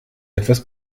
etwas